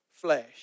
flesh